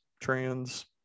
trans